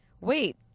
Wait